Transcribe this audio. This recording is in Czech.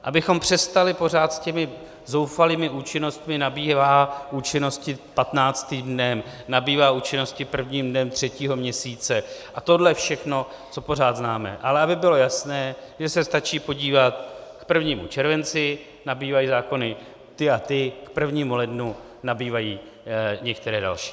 Abychom přestali pořád s těmi zoufalými účinnostmi: nabývá účinnosti 15. dnem, nabývá účinnosti prvním dnem třetího měsíce, tohle všechno, co pořád známe, ale aby bylo jasné, že se stačí podívat, k 1. červenci nabývají zákony ty a ty, k 1. lednu nabývají některé další.